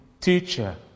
Teacher